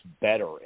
better